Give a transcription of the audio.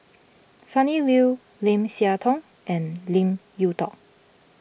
Sonny Liew Lim Siah Tong and Lim Yew tall